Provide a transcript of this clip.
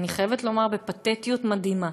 אני חייבת לומר: בפתטיות מדהימה,